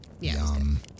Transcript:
Yum